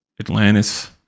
Atlantis